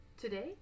Today